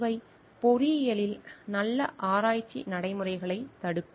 இவை பொறியியலில் நல்ல ஆராய்ச்சி நடைமுறைகளைத் தடுக்கும்